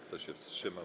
Kto się wstrzymał?